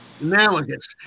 analogous